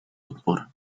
odpor